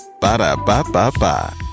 Ba-da-ba-ba-ba